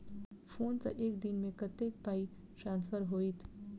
Phone सँ एक दिनमे कतेक पाई ट्रान्सफर होइत?